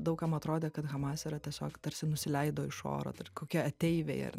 daug kam atrodė kad hamas yra tiesiog tarsi nusileido iš oro tar kokie ateiviai ar